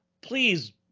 please